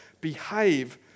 Behave